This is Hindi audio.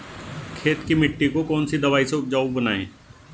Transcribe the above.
खेत की मिटी को कौन सी दवाई से उपजाऊ बनायें?